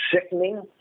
sickening